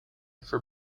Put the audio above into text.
for